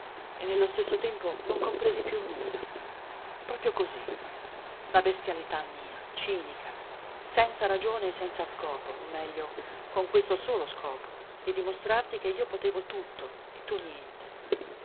e nello stesso tempo non compresi più nulla proprio così la bestialità mia cinica senza ragione e senza scopo o meglio con questo solo scopo di dimostrarti che io potevo tutto e tu niente